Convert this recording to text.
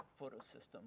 photosystem